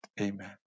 Amen